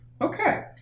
okay